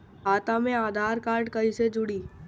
खाता मे आधार कार्ड कईसे जुड़ि?